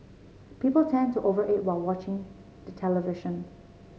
people tend to over eat while watching the television